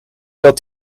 dat